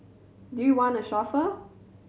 do you want a chauffeur